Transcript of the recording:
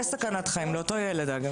אגב, יש סכנת חיים לאותו ילד.